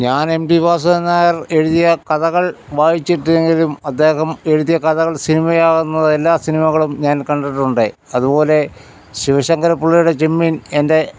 ഞാൻ എം ടി വാസുദേവൻ നായർ എഴുതിയ കഥകൾ വായിച്ചിട്ടില്ലെങ്കിലും അദ്ദേഹം എഴുതിയ കഥകൾ സിനിമയാകുന്നത് എല്ലാ സിനിമകളും ഞാൻ കണ്ടിട്ടുണ്ട് അതുപോലെ ശിവശങ്കരപ്പിള്ളയുടെ ചെമ്മീൻ എൻ്റെ